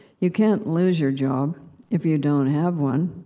you can't lose your job if you don't have one.